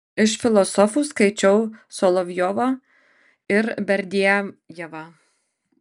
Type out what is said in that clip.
iš filosofų skaičiau solovjovą ir berdiajevą